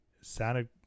sounded